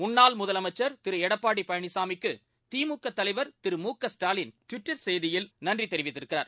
முன்னாள் முதலமைச்சர் திரு எடப்பாடி பழனிசாமிக்கு திமுக தலைவர் திரு மு க ஸ்டாலின் டுவிட்டர் செய்தியில் நன்றி தெரிவித்துள்ளார்